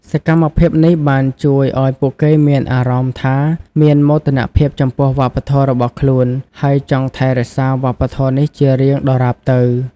សកម្មភាពនេះបានជួយឱ្យពួកគេមានអារម្មណ៍ថាមានមោទនភាពចំពោះវប្បធម៌របស់ខ្លួន ហើយចង់ថែរក្សាវប្បធម៌នេះជារៀងដរាបទៅ។